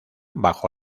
bajo